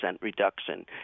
reduction